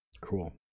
Cool